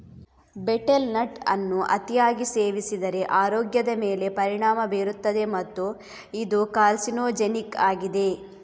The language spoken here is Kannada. ಬೆಟೆಲ್ ನಟ್ ಅನ್ನು ಅತಿಯಾಗಿ ಸೇವಿಸಿದರೆ ಆರೋಗ್ಯದ ಮೇಲೆ ಪರಿಣಾಮ ಬೀರುತ್ತದೆ ಮತ್ತು ಇದು ಕಾರ್ಸಿನೋಜೆನಿಕ್ ಆಗಿದೆ